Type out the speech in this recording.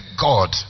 God